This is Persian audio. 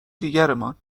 دیگرمان